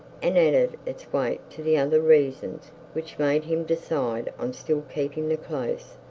and added its weight to the other reasons which made him decide on still keeping the close,